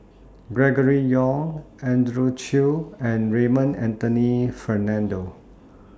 Gregory Yong Andrew Chew and Raymond Anthony Fernando